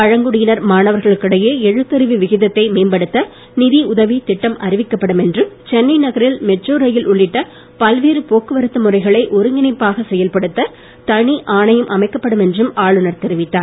பழங்குடியினர் மாணவர்களுக்கிடையே எழுத்தறிவு விகித்தை மேம்படுத்த நிதி உதவித் திட்டம் அறிவிக்கப்படும் என்றும் சென்னை நகரில் மெட்ரோ ரயில் உள்ளிட்ட பல்வேறு போக்குவரத்து முறைகளை ஒருங்கிணைப்பாக செயல்படுத்த தனி ஆணையம் அமைக்கப்படும் என்றும் ஆளுநர் தெரிவித்தார்